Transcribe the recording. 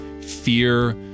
fear